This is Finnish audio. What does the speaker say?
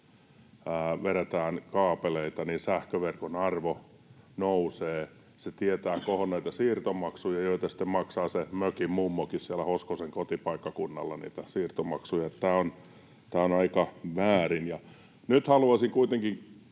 vedetään kaapeleita, niin sähköverkon arvo nousee, ja se tietää kohonneita siirtomaksuja, joita sitten maksaa se mökin mummokin siellä Hoskosen kotipaikkakunnalla. Tämä on aika väärin. Nyt haluaisin kuitenkin